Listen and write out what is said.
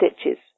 stitches